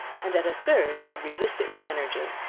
and at a third could resist it with energy.